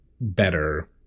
better